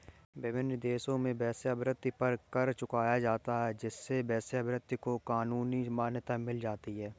विभिन्न देशों में वेश्यावृत्ति पर कर चुकाया जाता है जिससे वेश्यावृत्ति को कानूनी मान्यता मिल जाती है